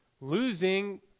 losing